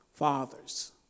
Fathers